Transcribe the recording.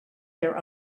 their